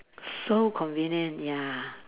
so convenient ya